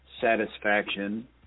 satisfaction